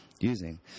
using